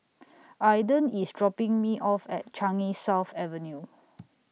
Aydan IS dropping Me off At Changi South Avenue